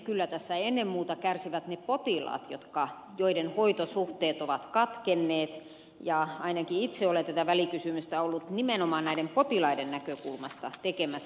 kyllä tässä ennen muuta kärsivät ne potilaat joiden hoitosuhteet ovat katkenneet ja ainakin itse olen tätä välikysymystä ollut nimenomaan näiden potilaiden näkökulmasta tekemässä